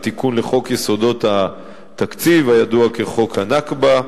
התיקון לחוק יסודות התקציב, הידוע כחוק ה"נכבה",